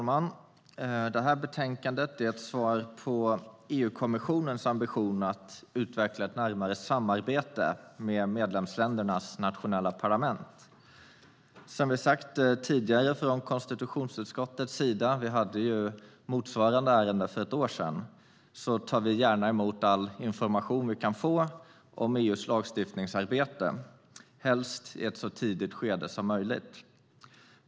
Fru talman! Utlåtandet är ett svar på EU-kommissionens ambition att utveckla ett närmare samarbete med medlemsländernas nationella parlament. Som vi sagt tidigare från konstitutionsutskottets sida - vi hade motsvarande ärende för ett år sedan - tar vi gärna emot all information vi kan få om EU:s lagstiftningsarbete, helst i ett så tidigt skede som möjligt.